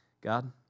God